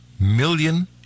million